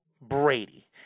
Brady